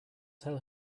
tell